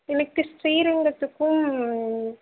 இன்றைக்கு ஸ்ரீரங்கத்துக்கும்